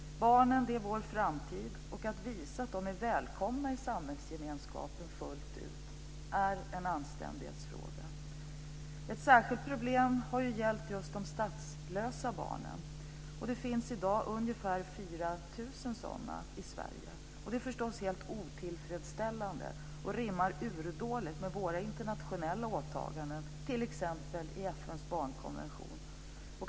Barnen är vår framtid, och att visa att de fullt ut är välkomna i samhällsgemenskapen är en anständighetsfråga. Ett särskilt problem har gällt de statslösa barnen. Det finns i dag ungefär 4 000 sådana i Sverige, och det är förstås helt otillfredsställande och rimmar urdåligt med våra internationella åtaganden t.ex. i FN:s barnkonvention.